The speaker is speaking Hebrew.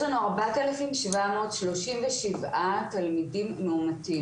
יש לנו ארבעת אלפים שבע מאות שלושים ושבעה תלמידים מאומתים.